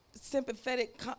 Sympathetic